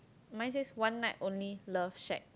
mine says one night only love shack